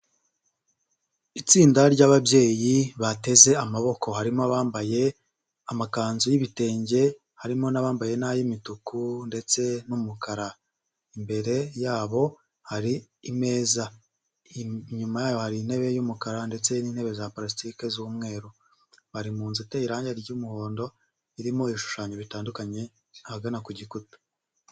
Itsinda ry'ababyeyi bateze amaboko harimo abambaye amakanzu y'ibitenge, harimo n'abambaye n'ay'imituku ndetse n'umukara, imbere yabo hari imeza inyuma ya intebe y'umukara ndetse n'intebe za porasitiki z'umweru, bari mu nzu itera irangi ry'umuhondo irimo ibishushanyo bitandukanye ahagana ku gikuta.